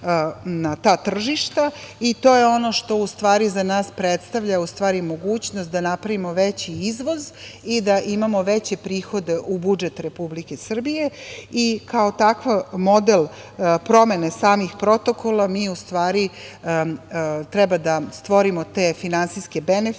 na ta tržišta i to je ono što u stvari za nas predstavlja mogućnost da napravimo veći izvoz i da imamo veće prihode u budžet Republike Srbije. Kao takav model promene samih protokola, mi u stvari treba da stvorimo te finansijske benefite